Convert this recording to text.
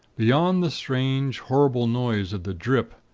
beyond the strange horrible noise of the drip,